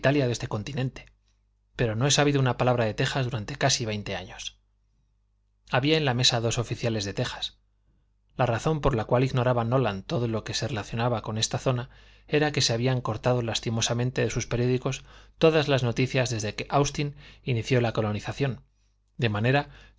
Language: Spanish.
de este continente pero no he sabido una palabra de tejas durante casi veinte años había en la mesa dos oficiales de tejas la razon por la cual ignoraba nolan todo lo que se relacionaba con esa zona era que se habían cortado lastimosamente de sus periódicos todas las noticias desde que austin inició la colonización de manera